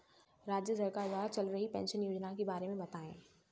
राज्य सरकार द्वारा चल रही पेंशन योजना के बारे में बताएँ?